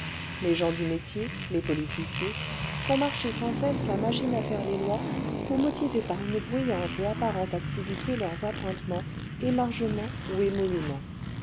les gens du métier les politiciers font marcher sans cesse la machine à faire les lois pour motiver par une bruyante et apparente activité leurs appointements émargements ou émoluments